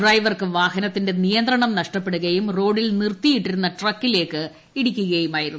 ഡ്രൈവർക്ക് വാഹനത്തിന്റെ നിയന്ത്രണം നഷ്ടപ്പെടുകയും റോഡിൽ നിർത്തിയിട്ടിരുന്ന ട്രക്കിലേയ്ക്ക് ഇടിക്കുകയുമായിരുന്നു